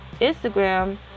Instagram